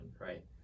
right